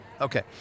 Okay